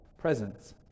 presence